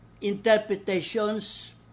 interpretations